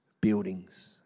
buildings